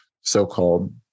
so-called